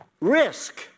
risk